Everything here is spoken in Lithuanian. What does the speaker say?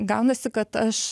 gaunasi kad aš